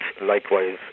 likewise